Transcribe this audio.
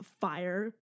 fire